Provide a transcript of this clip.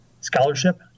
scholarship